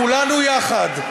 כולנו יחד,